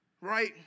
Right